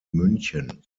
münchen